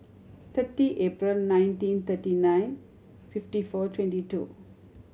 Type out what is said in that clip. thirty April nineteen thirty nine fifty four twenty two